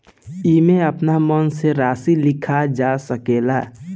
एईमे आपन मन से राशि लिखल जा सकेला